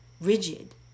rigid